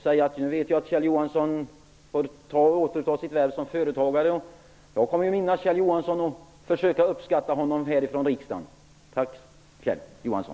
Jag vet att Kjell Johansson nu kommer att återuppta sitt värv som företagare. Jag kommer att minnas Kjell Johansson och försöka uppskatta honom härifrån riksdagen. Tack Kjell Johansson!